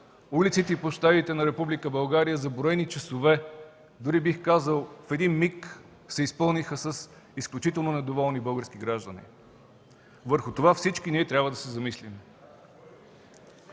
улиците и площадите на Република България за броени часове, дори, бих казал, в един миг се изпълниха с изключително недоволни български граждани. Върху това всички ние трябва да се замислим.